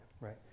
right